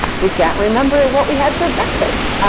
we can't remember what we had for breakfast!